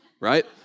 right